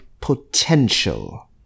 potential